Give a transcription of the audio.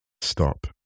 Stop